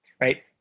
right